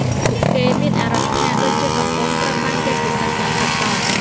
ពួកគេមានអារម្មណ៍ថាដូចជាកំពុងត្រូវបានគេពិនិត្យយ៉ាងដិតដល់។